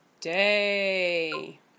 day